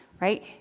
right